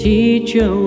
Teacher